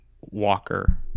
walker